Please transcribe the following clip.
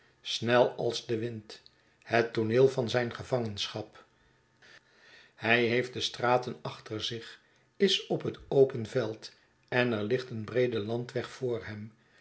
snel als de wind het tooneel van zijn gevangenschap hij heeft de straten achter zich is op het open veld en er ligt een breede landweg voor hem